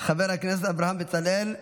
חבר הכנסת אברהם בצלאל,